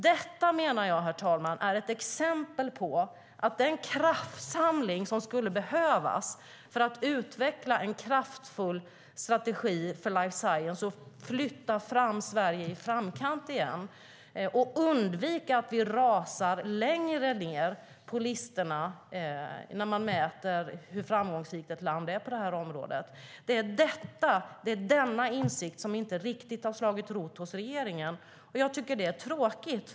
Detta menar jag, herr talman, är ett exempel på att insikten om vilken kraftsamling som behövs för att utveckla en kraftfull strategi för life science - flytta fram Sverige i framkant igen och undvika att vi rasar längre ned på listorna vid mätning av ett lands framgångar på området - inte har slagit rot hos regeringen. Det är tråkigt.